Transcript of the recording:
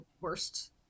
worst